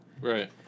Right